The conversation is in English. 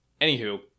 Anywho